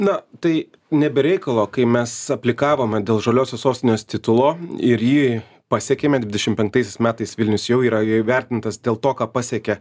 na tai ne be reikalo kai mes aplikavome dėl žaliosios sostinės titulo ir jį pasiekėme dvidešimt penktaisiais metais vilnius jau yra įvertintas dėl to ką pasiekė